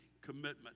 commitment